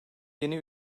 yeni